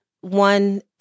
one